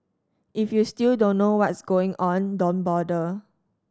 if you still don't know what's going on don't bother